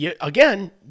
Again